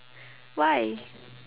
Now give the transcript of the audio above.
why